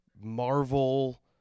Marvel